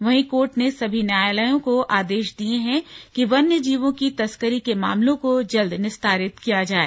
वहीं कोर्ट ने सभी न्यायालयों को आदेश दिए हैं कि वन्यजीवों की तस्करी के मामलों को जल्द निस्तारित किया जाये